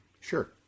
Sure